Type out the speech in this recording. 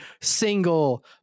single